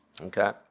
Okay